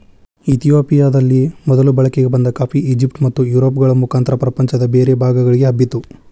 ಇತಿಯೋಪಿಯದಲ್ಲಿ ಮೊದಲು ಬಳಕೆಗೆ ಬಂದ ಕಾಫಿ, ಈಜಿಪ್ಟ್ ಮತ್ತುಯುರೋಪ್ಗಳ ಮುಖಾಂತರ ಪ್ರಪಂಚದ ಬೇರೆ ಭಾಗಗಳಿಗೆ ಹಬ್ಬಿತು